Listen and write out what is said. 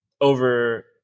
over